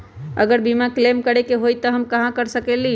अगर बीमा क्लेम करे के होई त हम कहा कर सकेली?